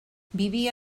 vivia